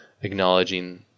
acknowledging